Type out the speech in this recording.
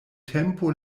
tempo